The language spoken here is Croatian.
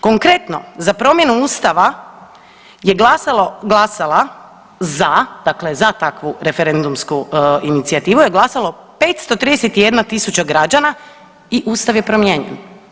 Konkretno, za promjenu ustava je glasalo, glasala za, dakle za takvu referendumsku inicijativu je glasalo 531.000 građana i ustav je promijenjen.